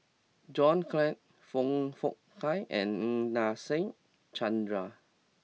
John Clang Foong Fook Kay and Nadasen Chandra